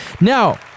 Now